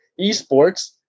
esports